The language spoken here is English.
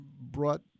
brought